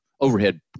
overhead